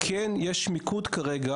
כן יש מיקוד כרגע,